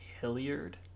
Hilliard